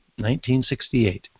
1968